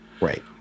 Right